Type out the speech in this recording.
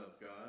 God